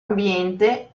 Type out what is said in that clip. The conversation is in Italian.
ambiente